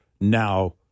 now